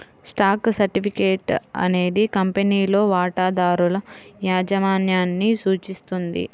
stock certificate అనేది కంపెనీలో వాటాదారుల యాజమాన్యాన్ని సూచిస్తుంది